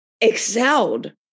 excelled